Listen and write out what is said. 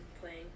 playing